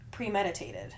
premeditated